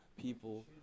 people